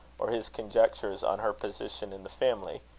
or his conjectures on her position in the family,